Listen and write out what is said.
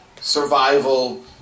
survival